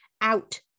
out